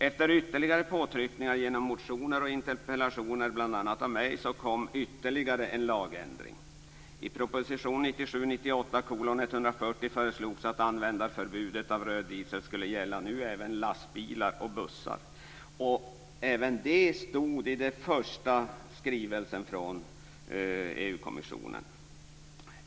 Efter ytterligare påtryckningar genom motioner och interpellationer, bl.a. av mig, kom sedan ytterligare en lagändring. I proposition 1997/98:140 förslogs att användarförbudet mot röd diesel nu även skulle gälla lastbilar och bussar. Även det stod i den första skrivelsen från EU-kommissionen.